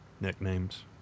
nicknames